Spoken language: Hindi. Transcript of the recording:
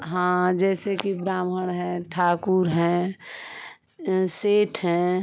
हाँ जैसे कि ब्राह्मण हैं ठाकुर हैं सेठ हैं